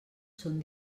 són